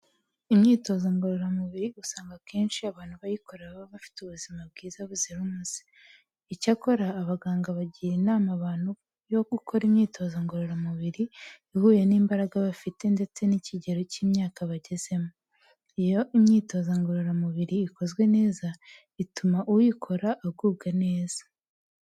Imyitozo ngororamubiri usanga akenshi abantu bayikora baba bafite ubuzima bwiza buzira umuze. Icyakora abaganga bagira inama abantu yo gukora imyitozo ngororamubiri ihuye n'imbaraga bafite ndetse n'ikigero cy'imyaka bagezemo. Iyo imyitozo ngororamubiri ikozwe neza ituma uyikora agubwa neza.